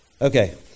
Okay